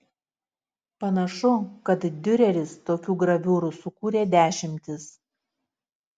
panašu kad diureris tokių graviūrų sukūrė dešimtis